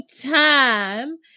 time